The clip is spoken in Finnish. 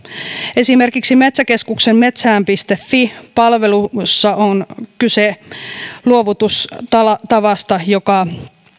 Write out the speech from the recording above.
esimerkiksi metsäkeskuksen metsään fi palvelussa jossa on kyse luovutustavasta joka